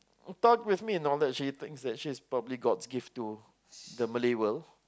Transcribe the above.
talk with me and all that she thinks she's probably god's gift to the Malay world